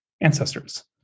ancestors